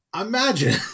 imagine